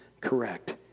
correct